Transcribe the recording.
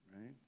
right